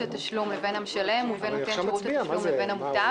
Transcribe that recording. התשלום לבין המשלם ובין נותן שירות לתשלום לבין המוטב.